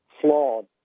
flawed